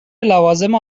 لوازم